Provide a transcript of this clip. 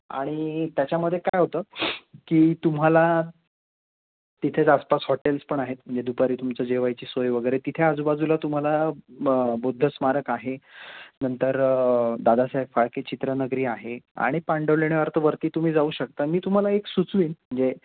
आणि त्याच्यामध्ये काय होतं की तुम्हाला तिथेच आसपास हॉटेल्स पण आहेत म्हणजे दुपारी तुमचं जेवायची सोय वगैरे तिथे आजूबाजूला तुम्हाला ब बुद्ध स्मारक आहे नंतर दादासाहेब फाळके चित्रनगरी आहे आणि पांडव लेण्यावर तर वरती तुम्ही जाऊ शकता मी तुम्हाला एक सुचवीन म्हणजे